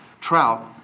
trout